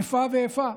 איפה ואיפה.